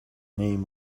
name